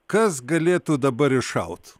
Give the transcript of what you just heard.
kas galėtų dabar iššaut